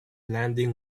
landing